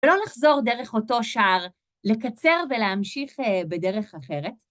ולא לחזור דרך אותו שער, לקצר ולהמשיך בדרך אחרת.